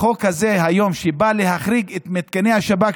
החוק הזה היום בא להחריג את מתקני השב"כ,